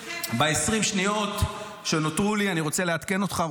ב-20 שניות שנותרו לי אני רוצה לעדכן אותך,